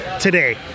today